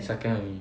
second only